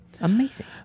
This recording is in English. Amazing